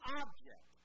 object